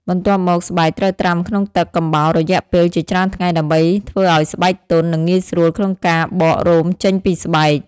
បន្ទាប់មកស្បែកត្រូវត្រាំក្នុងទឹកកំបោររយៈពេលជាច្រើនថ្ងៃ ដើម្បីធ្វើឱ្យស្បែកទន់ និងងាយស្រួលក្នុងការបករោមចេញពីស្បែក។